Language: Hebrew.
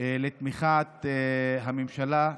לתמיכת הממשלה,